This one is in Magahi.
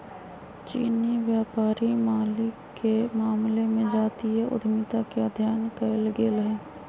चीनी व्यापारी मालिके मामले में जातीय उद्यमिता के अध्ययन कएल गेल हइ